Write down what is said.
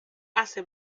hace